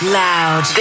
loud